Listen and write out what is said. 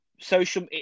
social